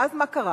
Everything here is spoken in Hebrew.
ואז מה קרה?